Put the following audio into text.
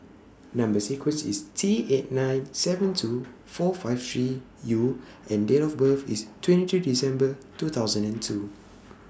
Number sequence IS T eight nine seven two four five three U and Date of birth IS twenty three December two thousand and two